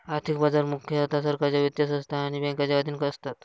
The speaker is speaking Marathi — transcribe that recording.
आर्थिक बाजार मुख्यतः सरकारच्या वित्तीय संस्था आणि बँकांच्या अधीन असतात